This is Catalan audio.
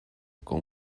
com